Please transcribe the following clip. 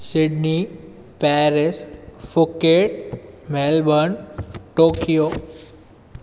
Sydney Paris Phuket Melbourne Tokyo